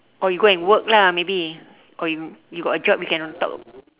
or you go and work lah maybe or you you got a job you can on top